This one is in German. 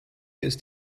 ist